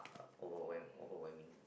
overwhelm overwhelming